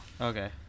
okay